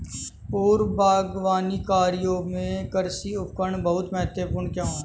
पूर्व बागवानी कार्यों में कृषि उपकरण बहुत महत्वपूर्ण क्यों है?